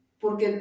Porque